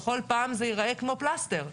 בכל פעם זה יראה כמו פלסטר,